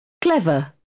Clever